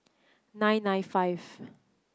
nine nine five